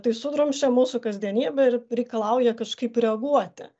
tai sudrumsčia mūsų kasdienybę ir reikalauja kažkaip reaguoti